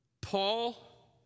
Paul